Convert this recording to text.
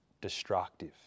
destructive